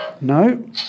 No